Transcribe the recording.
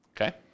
Okay